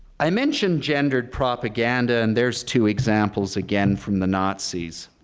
i mentioned gendered propaganda, and there's two examples again from the nazis.